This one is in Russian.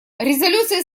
резолюции